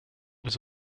was